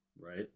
Right